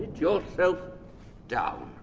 yourself down!